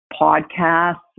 podcasts